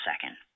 second